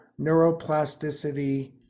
neuroplasticity